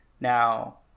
Now